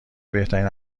بهترین